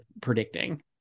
predicting